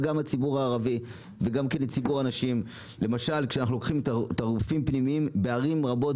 הערבי וציבור הנשים בערים רבות,